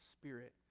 spirit